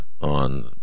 on